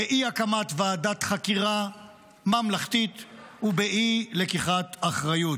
באי-הקמת ועדת חקירה ממלכתית ובאי-לקיחת אחריות,